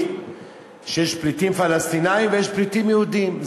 שיש פליטים פלסטינים ויש פליטים יהודים.